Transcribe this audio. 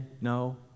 no